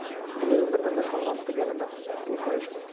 want you, but then this one wants to get into the equation.